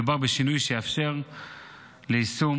מדובר בשינוי שיאפשר יישום